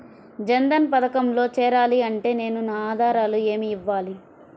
జన్ధన్ పథకంలో చేరాలి అంటే నేను నా ఆధారాలు ఏమి ఇవ్వాలి?